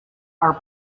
are